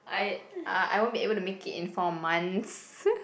I uh I won't be able to make it in four months